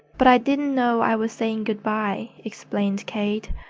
but i didn't know i was saying good-bye, explained kate.